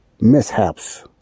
mishaps